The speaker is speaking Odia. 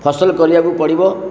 ଫସଲ କରିବାକୁ ପଡ଼ିବ